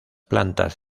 plantas